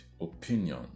opinion